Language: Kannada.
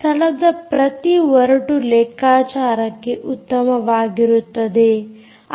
ಸ್ಥಳದ ಪ್ರತಿ ಒರಟು ಲೆಕ್ಕಾಚಾರಕ್ಕೆ ಉತ್ತಮವಾಗಿರುತ್ತದೆ